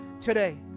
today